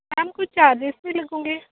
ma'am ਕੁੱਝ charges ਵੀ ਲੱਗੋਂਗੇ